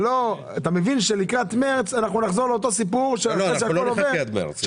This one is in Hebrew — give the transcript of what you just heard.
אתה מבין שלקראת מרץ נחזור לאותו סיפור --- אנחנו לא נחכה עד מרץ.